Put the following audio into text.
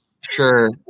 Sure